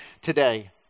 today